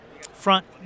front